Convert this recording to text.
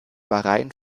bahrain